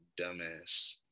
dumbass